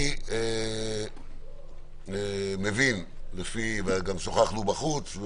אני מבין וגם שוחננו בחוץ.